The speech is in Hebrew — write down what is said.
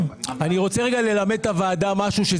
אני רוצה ללמד את הוועדה משהו.